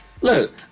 Look